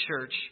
church